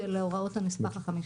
של הוראות הנספח החמישי.